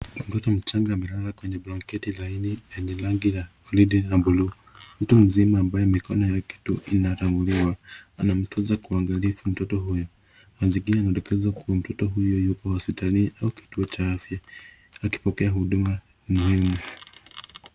Mtoto mchanga amelala kwenye blanketi laini lenye rangi ya waridi na buluu. Mtu mzima ambaye mikono yake inatambuliwa, anamtunza kwa uangalifu mtoto huyu. Mazingira yanadokeza kuwa mtoto huyo yuko hospitalini au kituo cha afya akipokea huduma muhimu.